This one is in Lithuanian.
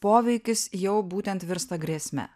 poveikis jau būtent virsta grėsme